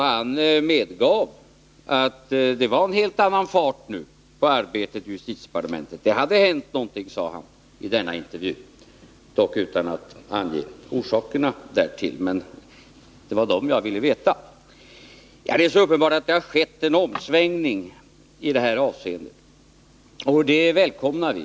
Han medgav att det nu var en helt annan fart på arbetet i justitiedepartementet. Det hade hänt någonting, sade han i denna intervju, dock utan att ange orsakerna därtill. Det var orsakerna jag ville veta. Det är alldeles uppenbart att det har skett en omsvängning i det här avseendet, och det välkomnar vi.